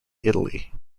italy